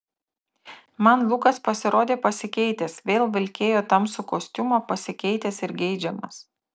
man lukas pasirodė pasikeitęs vėl vilkėjo tamsų kostiumą pasikeitęs ir geidžiamas